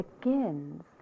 begins